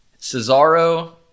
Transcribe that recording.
Cesaro